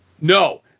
No